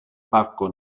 parco